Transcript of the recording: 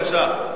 בבקשה,